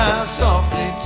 softly